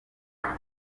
kumwe